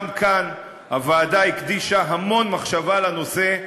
גם כאן הוועדה הקדישה המון מחשבה לנושא,